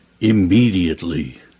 immediately